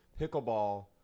Pickleball